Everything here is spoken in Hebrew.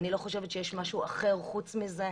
אני לא חושבת שיש משהו אחר חוץ מזה.